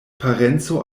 parenco